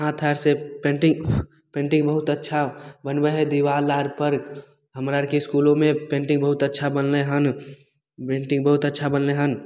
हाँथ आरसँ painting painting बहुत अच्छा बनबय हइ दिबाल आर पर हमरा आरके इसकुलोमे पेन्टिंग बहुत अच्छा बनलइ हन पेन्टिंग बहुत अच्छा बनलइ हन